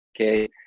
Okay